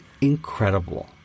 incredible